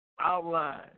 outline